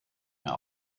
mehr